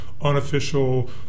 unofficial